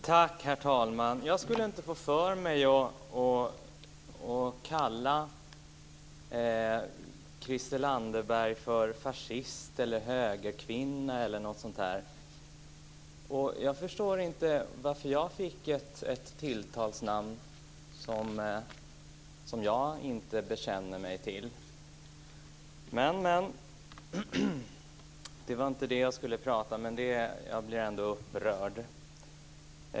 Herr talman! Jag skulle inte få för mig att kalla Christel Anderberg för fascist, högerkvinna eller något sådant. Jag förstår inte varför jag fick ett tilltalsnamn som jag inte bekänner mig till. Det var inte det jag skulle tala om, men jag blir ändå upprörd.